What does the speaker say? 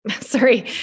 sorry